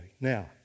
Now